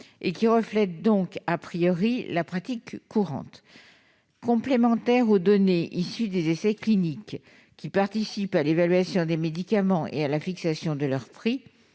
qui reflètent la pratique courante. Complémentaires des données issues des essais cliniques qui participent à l'évaluation des médicaments et à la fixation de leurs prix,